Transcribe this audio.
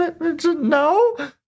No